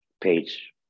page